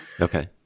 Okay